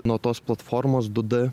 nuo tos platformos du d